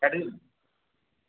काटिदिम्